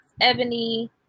Ebony